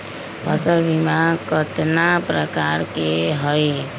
फसल बीमा कतना प्रकार के हई?